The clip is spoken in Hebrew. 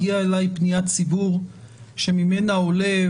הגיעה אלי פניית ציבור שממנה עולה,